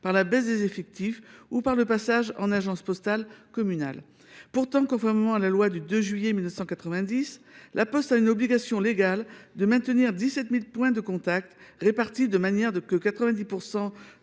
par la baisse des effectifs ou par le passage en agence postale communale. Pourtant, conformément à la loi du 2 juillet 1990, La Poste a une obligation légale de maintenir 17 000 points de contact, répartis de façon que 90